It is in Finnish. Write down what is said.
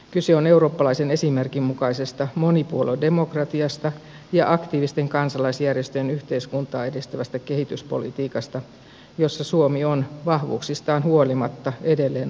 kyse on eurooppalaisen esimerkin mukaisesta monipuoluedemokratiasta ja aktiivisten kansalaisjärjestöjen yhteiskuntaa edistävästä kehityspolitiikasta jossa suomi on vahvuuksistaan huolimatta edelleen aloittelija